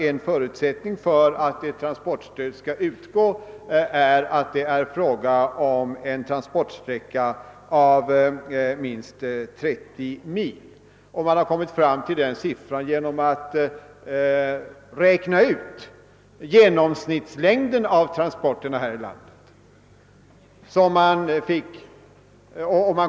En förutsättning för att transportstöd skall utgå är att det är fråga om en transportsträcka på minst 30 mil. Den siffran har man kommit fram till genom att räkna ut genomsnittslängden av transporterna här i landet.